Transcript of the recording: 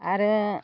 आरो